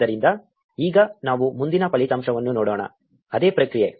ಆದ್ದರಿಂದ ಈಗ ನಾವು ಮುಂದಿನ ಫಲಿತಾಂಶವನ್ನು ನೋಡೋಣ ಅದೇ ಪ್ರಕ್ರಿಯೆ